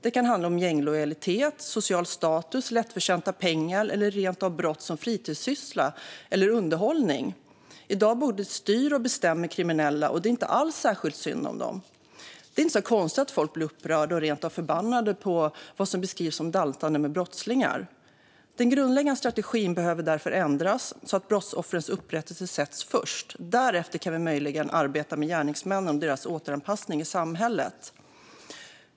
Det kan handla om gänglojalitet, social status, lättförtjänta pengar eller rent av brott som fritidssyssla eller underhållning. I dag både styr och bestämmer kriminella, och det är inte alls särskilt synd om dem. Det är inte så konstigt att folk blir upprörda och rent av förbannade på vad som beskrivs som daltande med brottslingar. Den grundläggande strategin behöver därför ändras så att brottsoffrens upprättelse sätts först. Därefter kan vi möjligen arbeta med gärningsmännen och deras återanpassning i samhället.